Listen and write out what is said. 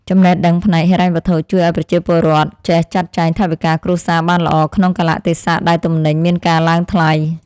ចំណេះដឹងផ្នែកហិរញ្ញវត្ថុជួយឱ្យប្រជាពលរដ្ឋចេះចាត់ចែងថវិកាគ្រួសារបានល្អក្នុងកាលៈទេសៈដែលទំនិញមានការឡើងថ្លៃ។